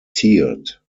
tiered